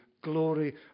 glory